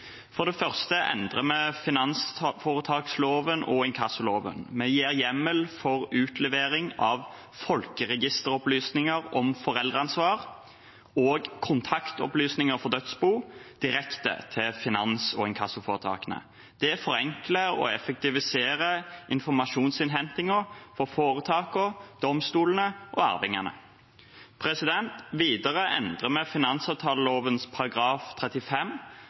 For det første endrer vi finansforetaksloven og inkassoloven, vi gir hjemmel for utlevering av folkeregisteropplysninger om foreldreansvar og kontaktopplysninger for dødsbo direkte til finans- og inkassoforetakene. Det forenkler og effektiviserer informasjonsinnhentingen for foretakene, domstolene og arvingene. Videre endrer vi